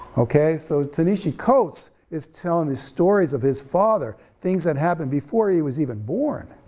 okay so ta-nehisi coates is telling the stories of his father, things that happened before he was even born.